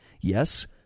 Yes